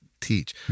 teach